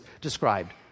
described